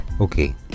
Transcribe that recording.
Okay